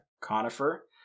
conifer